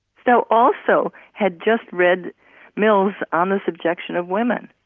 so also had just read mil's on the subject. kind of women.